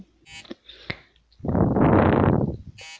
कृषि विस्तार इक्कीसवीं सदी के कृषि भूमि के विकास क वर्णन करेला